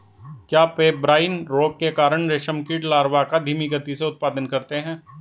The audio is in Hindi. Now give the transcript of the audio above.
क्या पेब्राइन रोग के कारण रेशम कीट लार्वा का धीमी गति से उत्पादन करते हैं?